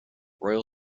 royal